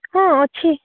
ହଁ ଅଛି